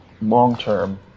long-term